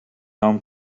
home